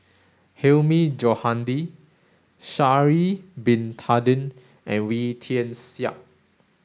Hilmi Johandi Sha'ari bin Tadin and Wee Tian Siak